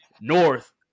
North